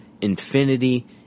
Infinity